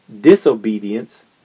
disobedience